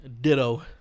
Ditto